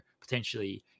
potentially